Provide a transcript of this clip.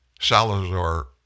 Salazar